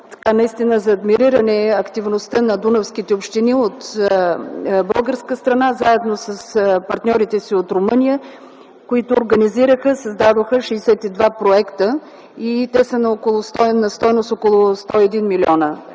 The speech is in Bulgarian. наистина за адмириране е активността на дунавските общини от българска страна, заедно с партньорите си от Румъния, които организираха и създадоха 62 проекта на стойност около 101 милиона.